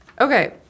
Okay